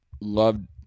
loved